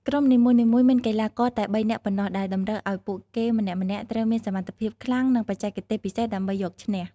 ក្រុមនីមួយៗមានកីឡាករតែបីនាក់ប៉ុណ្ណោះដែលតម្រូវឲ្យពួកគេម្នាក់ៗត្រូវមានសមត្ថភាពខ្លាំងនិងបច្ចេកទេសពិសេសដើម្បីយកឈ្នះ។